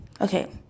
Okay